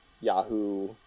Yahoo